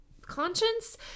conscience